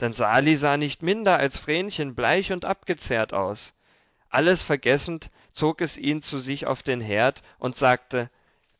denn sali sah nicht minder als vrenchen bleich und abgezehrt aus alles vergessend zog es ihn zu sich auf den herd und sagte